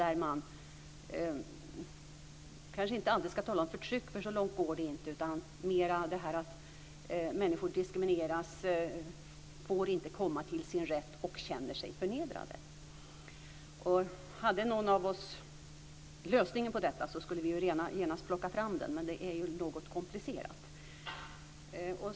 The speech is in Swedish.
Man ska kanske inte tala om förtryck, för så långt går det inte, utan det handlar mer om att människor diskrimineras. De får inte komma till sin rätt och känner sig förnedrade. Om någon av oss hade lösningen på detta skulle vi genast plocka fram den, men det är komplicerat.